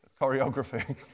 Choreography